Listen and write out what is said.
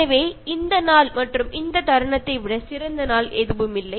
எனவே இந்த நாள் மற்றும் இந்த தருணத்தை விட சிறந்தநாள் எதுவுமில்லை